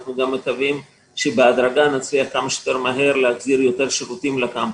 אנחנו מקווים שהדרגה נצליח כמה שיותר מהר להחזיר יותר שירותים לקמפוס,